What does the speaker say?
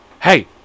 hey